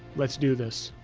let's do this.